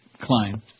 Klein